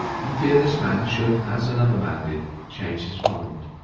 for fear this man should, as another man did, change his mind.